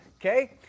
okay